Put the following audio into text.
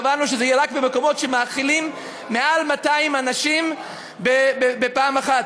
קבענו שזה יהיה רק במקומות שמאכילים מעל 200 אנשים בפעם אחת.